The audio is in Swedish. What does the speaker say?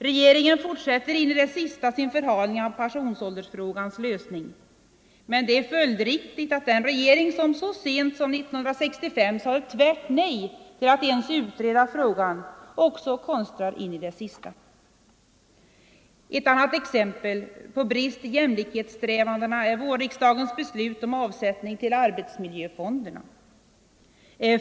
Regeringen fortsätter in i det sista sin förhalning av pensionsåldersfrågans lösning. Men det är följdriktigt att den regering som så sent som 1965 sade tvärt nej till att ens utreda frågan också konstrar in i det sista. Ett annat exempel på brist i jämlikhetssträvandena är vårriksdagens beslut om avsättning till arbetsmiljöfonderna.